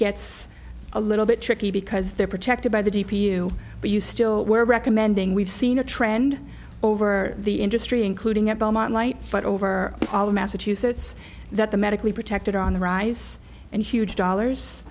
gets a little bit tricky because they're protected by the g p u but you still were recommending we've seen a trend over the industry including at belmont light but over all the massachusetts that the medically protected on the rise and huge dollars